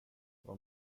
vad